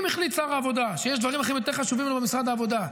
אם החליט שר העבודה שיש דברים שיותר חשובים לו במשרד העבודה,